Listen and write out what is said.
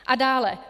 A dále.